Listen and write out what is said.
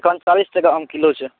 अखनि चालीस टका आम किलो छै